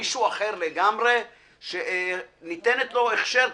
מירב כהן הצדקת ואני אומר את זה בהתרגשות גדולה מאוד מאוד.